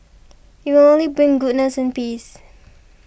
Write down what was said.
it will only bring goodness and peace